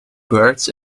birds